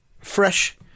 fresh